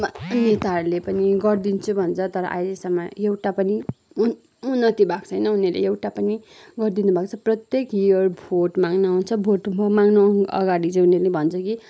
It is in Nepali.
मा नेताहरूले पनि गरिदिन्छु भन्छ तर अहिलेसम्म एउटा पनि उन उन्नति भएको छैन उनीहरूले एउटा पनि गरिदिनु भएको छ प्रत्येक इयर भोट माग्न आउँछ भोट माग्नु आउनु अगाडि चाहिँ उनीहरूले भन्छ कि